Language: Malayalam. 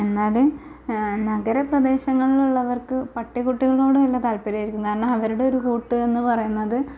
എന്നാൽ നഗരപ്രദേശങ്ങളിലുള്ളവർക്ക് പട്ടിക്കുട്ടികളോട് നല്ല താല്പര്യമായിരിക്കും കാരണം അവരുടെ ഒരു കൂട്ട് എന്ന് പറയുന്നത്